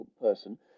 person